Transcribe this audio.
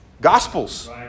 gospels